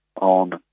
on